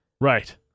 Right